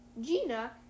Gina